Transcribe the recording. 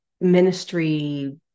ministry